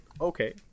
okay